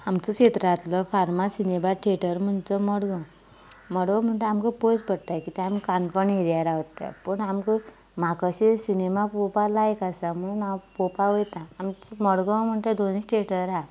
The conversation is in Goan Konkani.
आमचो सेत्रांतलो फार्मास सिनेमा थेटर म्हणल्यार तो मडगांव मडगांव म्हणटा आमकां पयस पडटा कित्या आमी काणकोण एरया रावता पूण आमकां म्हाका अशे सिनेमा पळोवपा लायक आसा म्हुणून हांव पळोवपा वयता आमच्या मडगांव म्हणटा दोनी थेटर आसा